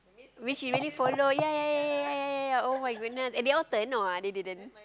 which she really follow ya ya ya ya ya ya ya ya [oh]-my-goodness and they all or what they didn't